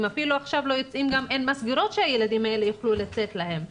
אם אפילו עכשיו לא יוצאים גם אין מסגרות שהילדים האלה יוכלו לצאת אליהן.